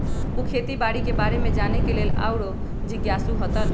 उ खेती बाड़ी के बारे में जाने के लेल आउरो जिज्ञासु हतन